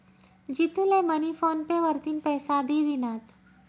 जितू ले मनी PhonePe वरतीन पैसा दि दिनात